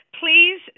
Please